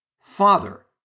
Father